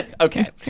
Okay